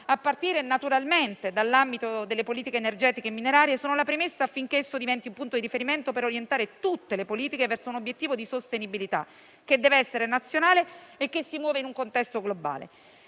a partire naturalmente dall'ambito delle politiche energetiche e minerarie, sono la premessa affinché esso diventi un punto di riferimento per orientare tutte le politiche verso un obiettivo di sostenibilità che deve essere nazionale e che si muove in un contesto globale.